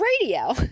radio